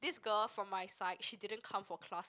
this girl from my side she didn't come for class